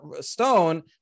stone